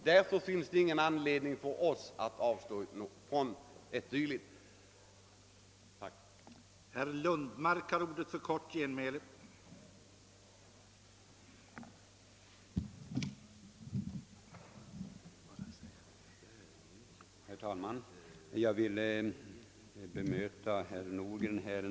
Därför finns det ingen anledning för oss att avstå från ett naturligt dylikt.